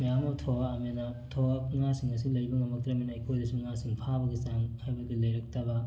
ꯃꯌꯥꯝ ꯑꯃ ꯊꯣꯛꯂꯛꯂꯕꯅꯤꯅ ꯉꯥꯁꯤꯡ ꯑꯁꯤ ꯂꯩꯕ ꯉꯝꯂꯛꯇ꯭ꯔꯕꯅꯤꯅ ꯑꯩꯈꯣꯏꯗꯁꯨ ꯉꯥꯁꯤꯡ ꯑꯁꯤ ꯐꯥꯕꯒꯤ ꯆꯥꯡ ꯍꯥꯏꯕꯗꯤ ꯂꯩꯔꯛꯇꯕ